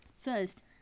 First